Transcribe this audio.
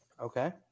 Okay